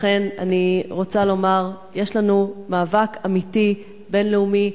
לכן אני רוצה לומר: יש לנו מאבק אמיתי, בין-לאומי,